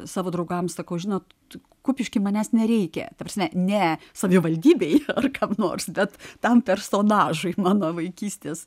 savo draugams sakau žinot kupiškyje manęs nereikia ta prasme ne savivaldybei ar kiek nors bet tam personažui mano vaikystės